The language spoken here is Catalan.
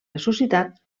ressuscitat